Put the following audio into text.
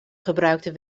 gebruikten